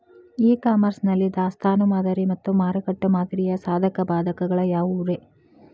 E commerce ನಲ್ಲಿ ದಾಸ್ತಾನು ಮಾದರಿ ಮತ್ತ ಮಾರುಕಟ್ಟೆ ಮಾದರಿಯ ಸಾಧಕ ಬಾಧಕಗಳ ಯಾವವುರೇ?